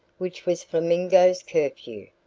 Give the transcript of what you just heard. which was flamingo's curfew,